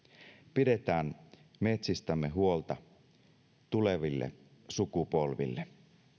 pidetään metsistämme huolta tuleville sukupolville